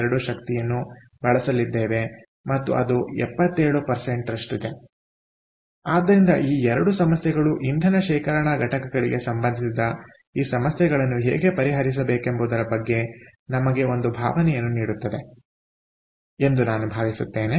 2 ಶಕ್ತಿಯನ್ನು ಬಳಸಲಿದ್ದೇವೆ ಮತ್ತು ಅದು 77 ರಷ್ಟಿದೆ ಆದ್ದರಿಂದ ಈ 2 ಸಮಸ್ಯೆಗಳು ಇಂಧನ ಶೇಖರಣಾ ಘಟಕಗಳಿಗೆ ಸಂಬಂಧಿಸಿದ ಈ ಸಮಸ್ಯೆಗಳನ್ನು ಹೇಗೆ ಪರಿಹರಿಸಬೇಕೆಂಬುದರ ಬಗ್ಗೆ ನಮಗೆ ಒಂದು ಭಾವನೆಯನ್ನು ನೀಡುತ್ತದೆ ಎಂದು ನಾನು ಭಾವಿಸುತ್ತೇನೆ